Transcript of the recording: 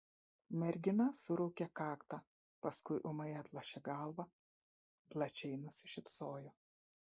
mergina suraukė kaktą paskui ūmai atlošė galvą plačiai nusišypsojo